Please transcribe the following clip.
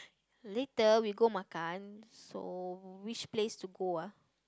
later we go makan so which place to go ah